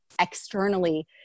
externally